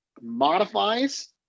modifies